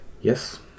Yes